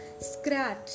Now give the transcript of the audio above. scratch